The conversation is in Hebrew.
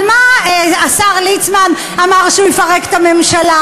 על מה השר ליצמן אמר שהוא יפרק את הממשלה?